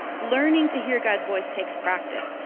learning to hear god's voice takes practice,